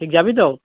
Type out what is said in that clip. ঠিক যাবি তো